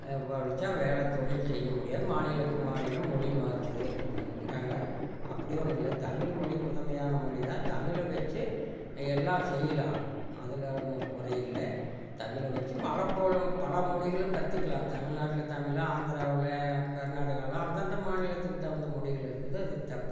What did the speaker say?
படிச்சால் வேறு தொழில் செய்ய முடியாது மாநிலத்துக்கு மாநிலம் மொழி மாறுது அதுக்கு நாங்கள் அப்படி ஒன்றும் இல்லை தமிழ் மொழி முதன்மையான மொழி தான் தமிழை வச்சே எல்லாம் செய்யலாம் அதில் ஒன்றும் குறையில்ல தமிழை வச்சு மலபோல் பழமொழிகளும் கற்றுக்கலாம் தமிழ் நாட்டில் தமிழ் ஆந்துராவில் கர்நாடகலாம் அந்தந்த மாநிலத்துக்கு தகுந்த மொழிகள் இருக்குது